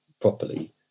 properly